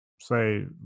say